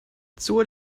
zur